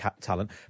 talent